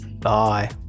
Bye